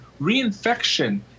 Reinfection